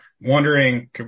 Wondering